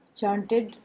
chanted